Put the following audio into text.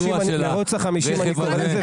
המרוץ ל-50 אני קורא לזה.